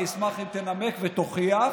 אני אשמח אם תנמק ותוכיח.